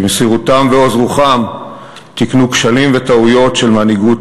שבמסירותם ועוז רוחם תיקנו כשלים וטעויות של מנהיגות